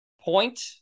point